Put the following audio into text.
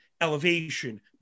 Elevation